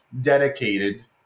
dedicated